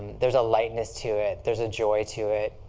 there's a lightness to it. there's a joy to it.